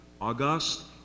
August